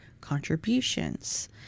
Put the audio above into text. contributions